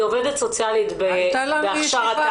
היא עובדת סוציאלית בהכשרתה,